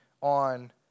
on